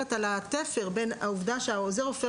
מדברת על התפר בין העובדה שעוזר הרופא